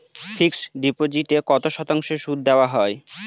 Fixed ডিপোজিটে কত শতাংশ সুদ দেওয়া হয়?